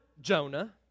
Jonah